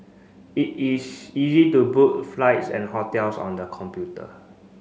it is easy to book flights and hotels on the computer